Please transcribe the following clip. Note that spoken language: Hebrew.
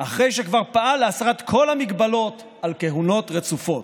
אחרי שכבר פעל להסרת כל המגבלות על כהונות רצופות.